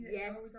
yes